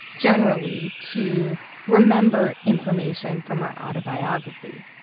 generally, to remember information from our autobiography.